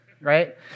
Right